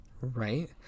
Right